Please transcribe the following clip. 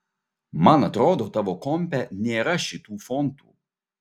man atrodo tavo kompe nėra šitų fontų